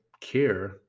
care